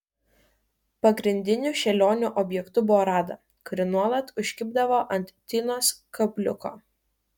pagrindiniu šėlionių objektu buvo rada kuri nuolat užkibdavo ant tinos kabliuko